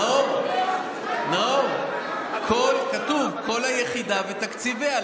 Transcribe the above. נאור, כתוב: כל היחידה ותקציביה.